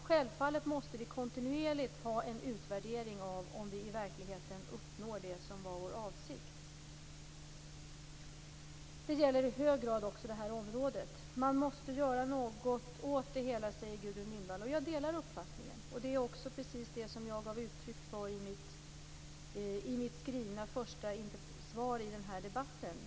Självfallet måste vi kontinuerligt göra en utvärdering av om vi i verkligheten uppnår det som var vår avsikt. Det gäller i hög grad också det här området. Man måste göra något åt detta, säger Gudrun Lindvall, och jag delar den uppfattningen. Det var också precis det som jag gav uttryck för i mitt skrivna svar först i den här debatten.